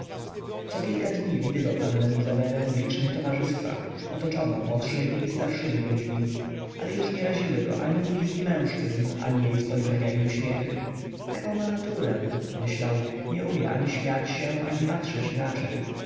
dziecka cokilka dni widywał pannę izabelę w licznych towarzystwach otoczoną młodszymi i starszymi ludźmi ale już nie raziły go ani umizgi mężczyzn ani jej spojrzenia i uśmiechy taką ma naturę myślał nie umie ani śmiać się ani patrzeć inaczej